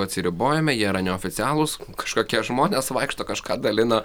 atsiribojame jie yra neoficialūs kažkokie žmonės vaikšto kažką dalina